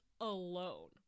alone